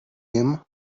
him